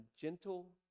gentle